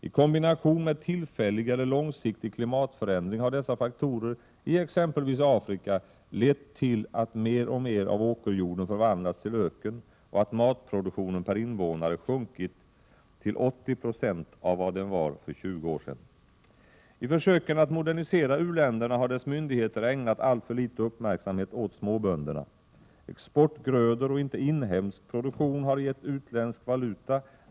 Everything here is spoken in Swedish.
I kombination med tillfällig eller långsiktig klimatförändring har dessa faktorer i exempelvis Afrika lett till att mer och mer av åkerjorden förvandlats till öken och att matproduktionen per invånare sjunkit till 80 96 av vad den var för 20 år sedan. I försöken att modernisera u-länderna har deras myndigheter ägnat alltför litet uppmärksamhet åt småbönderna. Exportgrödor och inte produktion för inhemskt bruk har gett utländsk valuta.